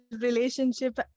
relationship